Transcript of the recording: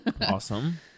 Awesome